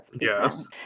Yes